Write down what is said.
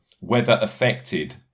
weather-affected